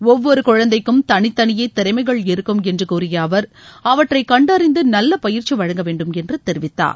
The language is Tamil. ஒவ்வொரு குழந்தைக்கும் தனித்தளியே திறமைகள் இருக்கும் என்று கூறிய அவர் அவற்றைக் கண்டறிந்து நல்ல பயிற்சி வழங்க வேண்டும் என்று தெரிவித்தார்